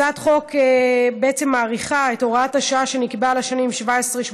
הצעת החוק מאריכה את הוראת השעה שנקבעה לשנים 2017 2018